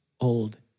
Old